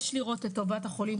יש לראות את טובת החולים,